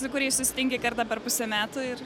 su kuriais susitinki kartą per pusę metų ir